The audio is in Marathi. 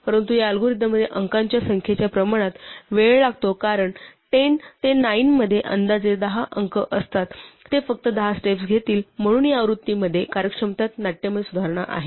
परंतु या अल्गोरिदममुळे अंकांच्या संख्येच्या प्रमाणात वेळ लागतो कारण 10 ते 9 मध्ये अंदाजे 10 अंक असतात ते फक्त 10 स्टेप्स घेतील म्हणून या आवृत्तीमध्ये कार्यक्षमतेत नाट्यमय सुधारणा आहे